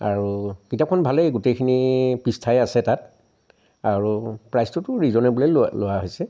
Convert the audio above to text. আৰু কিতাপখন ভালেই গোটেইখিনি পৃষ্ঠাই আছে তাত আৰু প্ৰাইচটোতো ৰিজনেবলেই লো লোৱা হৈছে